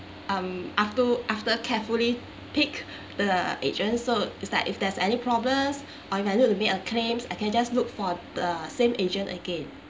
um after after carefully pick the agent so is that if there's any problems or if I need to make a claims I can just look for the same agent again